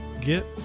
Get